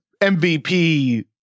MVP